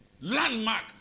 landmark